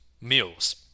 meals